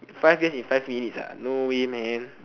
five years in five minutes ah no way man